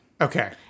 Okay